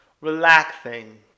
relaxing